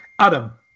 Adam